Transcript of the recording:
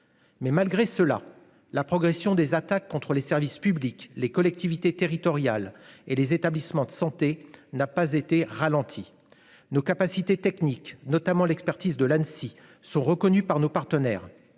mais malgré cela, la progression des attaques contre les services publics, les collectivités territoriales et les établissements de santé n'a pas été ralenti nos capacités techniques, notamment l'expertise de l'Annecy sont reconnus par nos partenaires,